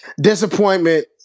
Disappointment